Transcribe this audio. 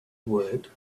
would